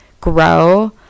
grow